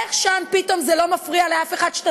איך שם פתאום זה לא מפריע לאף אחד שאתה